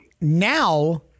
now